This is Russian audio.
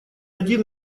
один